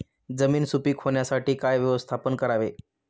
जमीन सुपीक होण्यासाठी काय व्यवस्थापन करावे?